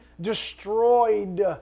destroyed